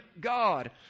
God